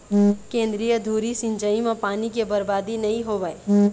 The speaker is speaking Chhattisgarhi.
केंद्रीय धुरी सिंचई म पानी के बरबादी नइ होवय